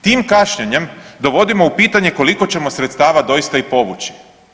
Tim kašnjenjem dovodimo u pitanje koliko ćemo sredstava doista i povući.